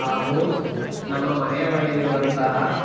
ಹಾಗೂ ನಮ್ಮ ಮನೆಯ ಬಳಿ ಇರುವಂತಹ